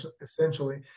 essentially